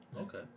Okay